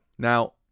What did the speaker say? Now